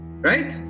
Right